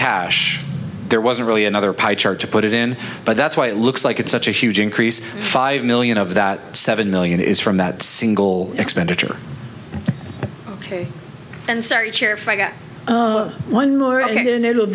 cash there wasn't really another pie chart to put it in but that's why it looks like it's such a huge increase five million of that seven million is from that single expenditure and sorry chair five got one more a